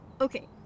Okay